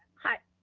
hi,